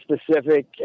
specific